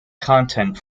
content